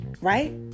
right